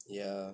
ya